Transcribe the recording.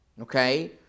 okay